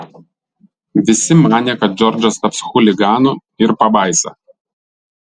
visi manė kad džordžas taps chuliganu ir pabaisa